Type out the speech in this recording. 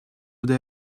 would